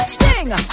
Sting